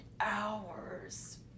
hours